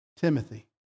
Timothy